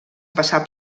passar